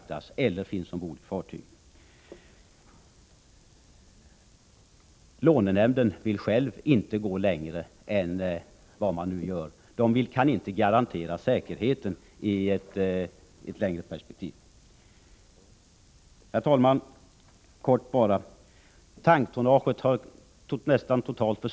Tanktonnaget under svensk flagg har nästan totalt försvunnit, säger Alexander Chrisopoulos.